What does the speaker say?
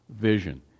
vision